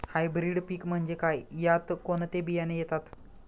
Hybrid पीक म्हणजे काय? यात कोणते बियाणे येतात?